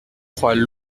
trois